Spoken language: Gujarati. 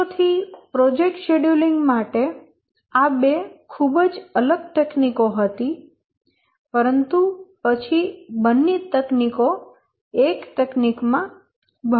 વર્ષોથી પ્રોજેક્ટ શેડ્યુલીંગ માટે આ બે ખૂબ જ અલગ તકનીકો હતી પરંતુ પછી બંને તકનીકો એક તકનીકમાં ભળી ગઈ